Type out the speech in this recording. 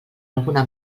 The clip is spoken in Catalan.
alguna